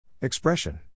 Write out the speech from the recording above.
Expression